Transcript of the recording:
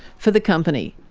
for the company.